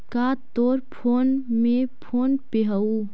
का तोर फोन में फोन पे हउ?